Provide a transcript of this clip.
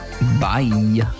bye